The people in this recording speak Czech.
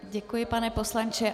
Děkuji, pane poslanče.